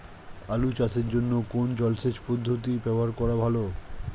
আলু চাষের জন্য কোন জলসেচ পদ্ধতি ব্যবহার করা ভালো?